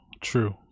true